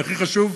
והכי חשוב,